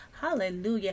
Hallelujah